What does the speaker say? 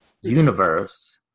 universe